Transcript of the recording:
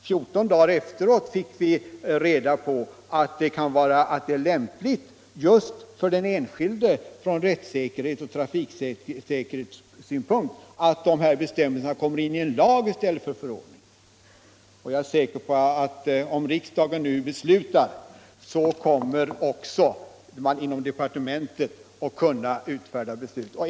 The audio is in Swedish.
14 dagar efteråt fick vi reda på att det är lämpligt just för den enskilde från rättssäkerhetsoch trafiksäkerhetssynpunkt att bestämmelserna kommer in i en lag i stället för att bara finnas i en förordning. Jag är säker på att om riksdagen nu beslutar i enlighet med utskottsmajoritetens förslag, kommer man också inom departementet att kunna utarbeta författningsförslagen.